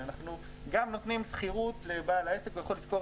אנחנו גם נותנים שכירות לבעל העסק והוא יכול לשכור